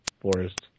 forest